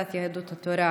קבוצת סיעת יהדות התורה,